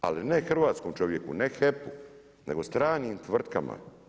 Ali ne hrvatskom čovjeku, ne HEP-u, nego stranim tvrtkama.